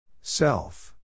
Self